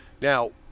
Now